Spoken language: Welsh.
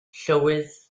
llywydd